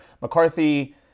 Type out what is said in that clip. McCarthy